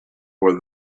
for